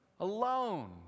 Alone